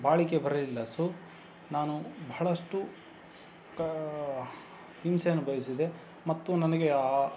ಬಾಳಿಕೆ ಬರಲಿಲ್ಲ ಸೊ ನಾನು ಬಹಳಷ್ಟು ಕಾ ಹಿಂಸೆ ಅನುಭವಿಸಿದೆ ಮತ್ತು ನನಗೆ ಆ